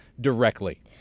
directly